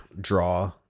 draw